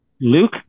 Luke